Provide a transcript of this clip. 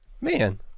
man